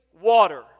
water